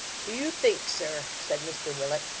do you think, sir said mr willet,